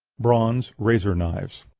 bronze razor-knives.